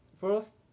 first